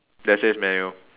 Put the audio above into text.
that says menu